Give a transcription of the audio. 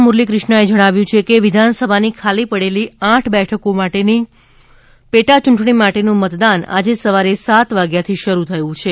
મુરલીક્રિષ્ણાએ જણાવ્યું છે કે વિધાનસભાની ખાલી પડેલી આઠ બેઠકો માટેની પેટાચૂંટણી માટેનું મતદાન આજે સવારે સાત વાગ્યાથી શરૂ થયું છે